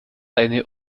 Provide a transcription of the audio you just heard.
eine